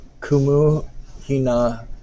Kumuhina